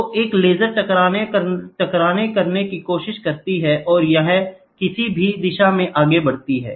तो एक लेजर टकराने करने की कोशिश करता है और यह किसी भी दिशा में आगे बढ़ता है